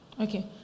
Okay